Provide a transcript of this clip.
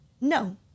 No